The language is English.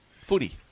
footy